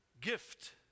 gift